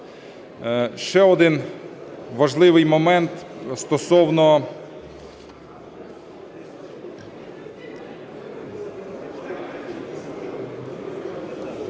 Ще один важливий момент стосовно